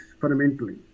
fundamentally